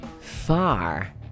Far